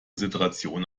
situation